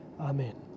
Amen